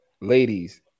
ladies